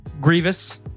Grievous